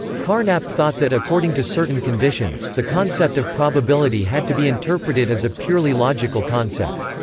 carnap thought that according to certain conditions, the concept of probability had to be interpreted as a purely logical concept.